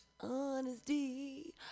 Honesty